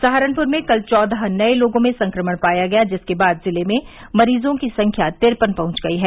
सहारनपुर में कल चौदह नए लोगों में संक्रमण पाया गया जिसके बाद जिले में मरीजों की संख्या तिरपन पहुंच गयी है